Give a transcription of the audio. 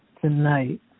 Tonight